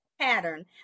pattern